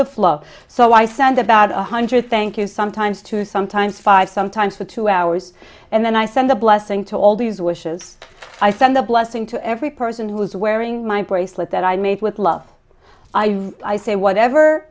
the flow so i send about one hundred thank you sometimes two sometimes five sometimes for two hours and then i send a blessing to all these wishes i send the blessing to every person who's wearing my bracelet that i made with love i say whatever